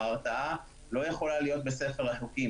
ההרתעה לא יכולה להיות בספר החוקים,